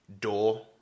door